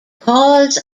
cause